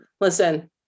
Listen